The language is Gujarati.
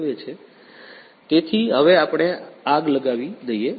તેથી હવે આપણે આગ લગાવી દઈએ છીએ